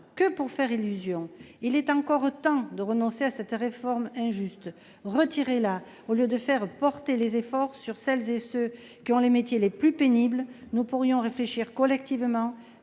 est de faire illusion. Il est encore temps de renoncer à cette réforme injuste. Retirez-la ! Au lieu de faire porter les efforts sur ceux qui ont les métiers les plus pénibles, nous pourrions réfléchir collectivement